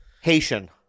Haitian